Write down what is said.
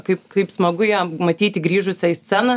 kaip kaip smagu ją matyti grįžusią į sceną